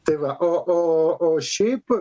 tai va o o o šiaip